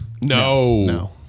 No